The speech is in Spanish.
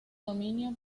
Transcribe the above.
dominio